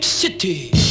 City